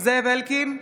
זאב אלקין,